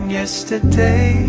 yesterday